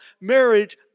marriage